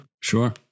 sure